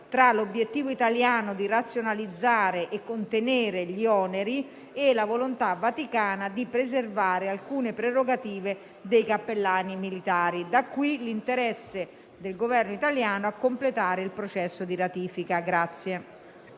tra l'obiettivo italiano di razionalizzare e contenere gli oneri e la volontà vaticana di preservare alcune prerogative dei cappellani militari. Da qui scaturisce l'interesse del Governo italiano a completare il processo di ratifica.